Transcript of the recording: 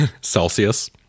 Celsius